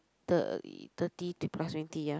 the thirty to plus twenty ya